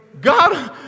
God